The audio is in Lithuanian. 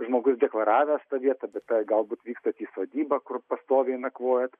žmogus deklaravęs tą vietą bet galbūt vykstat į sodybą kur pastoviai nakvojat